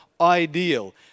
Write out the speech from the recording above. ideal